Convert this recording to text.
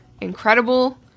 incredible